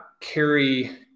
carry